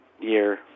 year